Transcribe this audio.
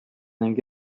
ning